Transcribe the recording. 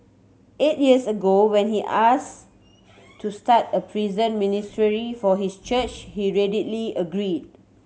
eight years ago when he asked to start a prison ministry for his church he readily agreed